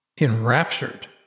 enraptured